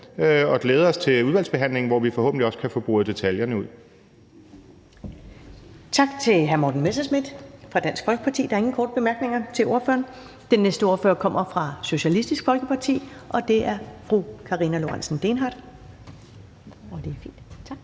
og glæder os til udvalgsbehandlingen, hvor vi forhåbentlig også kan få boret detaljerne ud. Kl. 10:20 Første næstformand (Karen Ellemann): Tak til hr. Morten Messerschmidt fra Dansk Folkeparti. Der er ingen korte bemærkninger til ordføreren. Den næste ordfører kommer fra Socialistisk Folkeparti, og det er fru Karina Lorentzen Dehnhardt. Velkommen. Kl.